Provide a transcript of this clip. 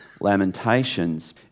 Lamentations